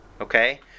okay